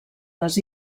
les